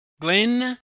Glen